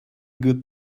good